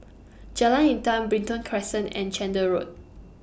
Jalan Intan Brighton Crescent and Chander Road